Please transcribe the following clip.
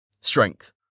Strength